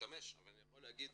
אבל אני יכול להגיד